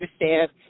understand